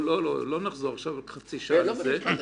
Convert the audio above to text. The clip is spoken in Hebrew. אין לו שום הצדקה.